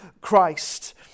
Christ